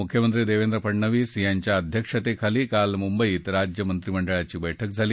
मुख्यमंत्री देवेंद्र फडणवीस यांच्या अध्यक्षतेखाली काल मुंबईत राज्य मंत्रिमंडळाची बैठक झाली